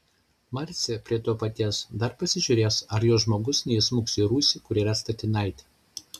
marcė prie to paties dar pasižiūrės ar jos žmogus neįsmuks į rūsį kur yra statinaitė